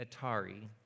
Atari